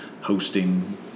hosting